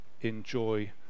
enjoy